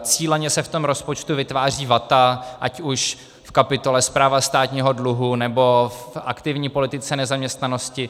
Cíleně se v tom rozpočtu vytváří vata, ať už v kapitole správa státního dluhu, nebo v aktivní politice nezaměstnanosti.